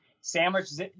sandwiches